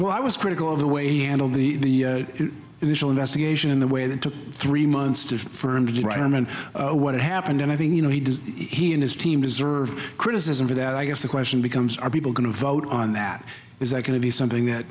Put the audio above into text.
well i was critical of the way he handled the initial investigation in the way that took three months to remember what happened and i think you know he does he and his team deserve criticism for that i guess the question becomes are people going to vote on that is that going to be something that